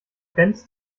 benz